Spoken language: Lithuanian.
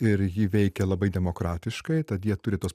ir ji veikė labai demokratiškai tad jie turi tuos